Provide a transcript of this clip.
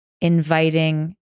inviting